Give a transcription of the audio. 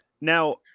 Now